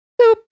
boop